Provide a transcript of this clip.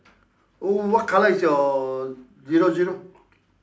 oh what colour is your zero zero